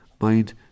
mind